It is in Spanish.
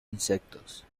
insectos